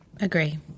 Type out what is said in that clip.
Agree